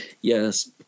Yes